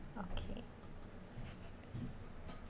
okay